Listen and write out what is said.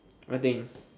what thing